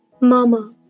Mama